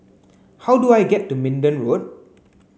how do I get to Minden Road